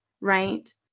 right